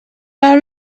our